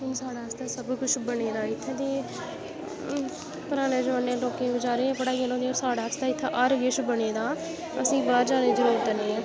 हुन साढ़े आस्तै सब किश बने दा ऐ इत्थै ते हुनै पुराने लोकें बेचारें साढ़ेआस्तै इत्थै हर किश बने दा असें गी बाह्र जाने ही जरूरत नेईं ऐ